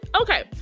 okay